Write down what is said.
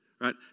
Right